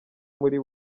muri